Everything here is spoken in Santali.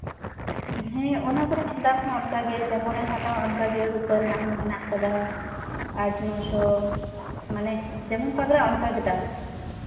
ᱦᱮᱸ ᱚᱱᱟ ᱠᱚᱨᱮᱱᱟᱜ ᱫᱟᱢ ᱦᱚᱸ ᱚᱱᱠᱟᱜᱮ ᱡᱮᱢᱚᱱ ᱮᱢ ᱦᱟᱛᱟᱣᱟ ᱚᱱᱠᱟᱜᱮ ᱨᱩᱯᱟᱹ ᱨᱮᱱᱟᱜ ᱦᱚᱸ ᱢᱮᱱᱟᱜ ᱠᱟᱫᱟ ᱟᱴ ᱱᱚᱥᱚ ᱢᱟᱱᱮ ᱡᱮᱢᱚᱱ ᱯᱟᱜᱽᱨᱟ ᱚᱱᱠᱟᱜᱮ ᱫᱟᱢ